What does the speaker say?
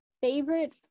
Favorite